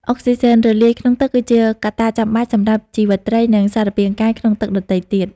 អុកស៊ីហ្សែនរលាយក្នុងទឹកគឺជាកត្តាចាំបាច់សម្រាប់ជីវិតត្រី និងសារពាង្គកាយក្នុងទឹកដទៃទៀត។